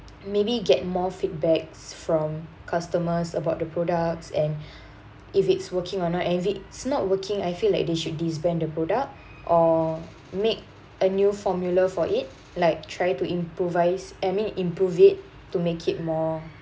maybe get more feedbacks from customers about the products and if it's working or not and if it's not working I feel like they should disband the product or make a new formula for it like try to improvise I mean improve it to make it more